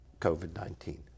COVID-19